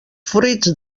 fruits